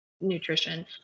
nutrition